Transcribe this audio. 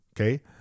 Okay